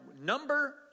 number